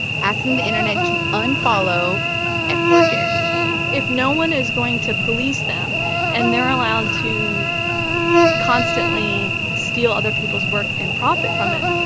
asking the internet to unfollow f-word jerry if no one is going to police them and they're allowed to constantly steal other people's work and profit from it,